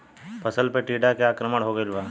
फसल पे टीडा के आक्रमण हो गइल बा?